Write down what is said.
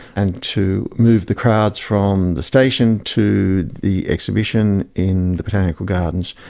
and to move the crowds from the station to the exhibition in the botanical gardens,